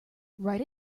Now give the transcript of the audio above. write